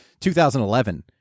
2011